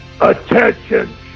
Attention